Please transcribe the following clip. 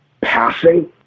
passing